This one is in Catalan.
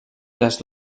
les